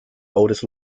oldest